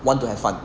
want to have fun